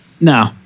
No